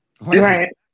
Right